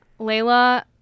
Layla